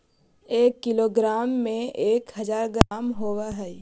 एक किलोग्राम में एक हज़ार ग्राम होव हई